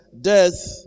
death